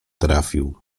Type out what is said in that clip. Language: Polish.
trafił